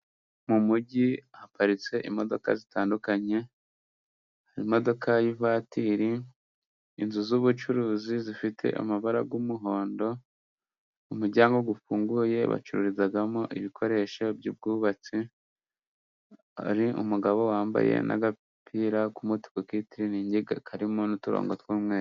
Mu mujyi haparitse imodoka zitandukanye. Imodoka y'ivatiri, inzu z'ubucuruzi zifite amabara y'umuhondo umuryango ufunguye bacururizamo ibikoresho by'ubwubatsi. Hari umugabo wambaye n'agapira k'umutuku k'itiriningi karimo n'uturongo tw'umweru.